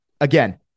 again